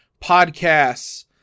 podcasts